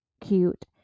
cute